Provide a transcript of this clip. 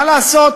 מה לעשות,